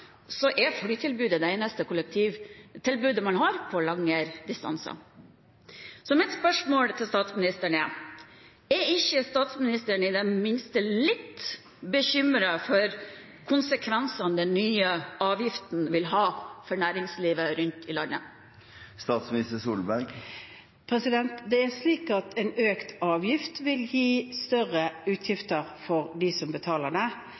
det eneste kollektivtilbudet man har på lengre distanser. Mitt spørsmål til statsministeren er: Er ikke statsministeren i det minste litt bekymret for konsekvensene den nye avgiften vil ha for næringslivet rundt omkring i landet? En økt avgift vil gi større utgifter for dem som betaler den. Samtidig senker denne regjeringen beskatningen betydelig. Selskapsskatten går ned med 2 prosentpoeng i budsjettet. Det